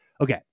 Okay